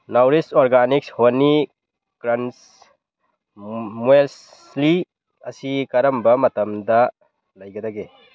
nourish organic honey crunch muesli ꯑꯁꯤ ꯀꯔꯝꯕ ꯃꯇꯝꯗ ꯂꯩꯒꯗꯒꯦ